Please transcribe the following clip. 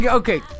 okay